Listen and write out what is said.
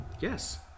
Yes